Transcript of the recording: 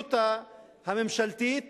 המדיניות הממשלתית